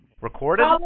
Recorded